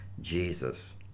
jesus